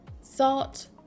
salt